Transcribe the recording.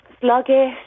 sluggish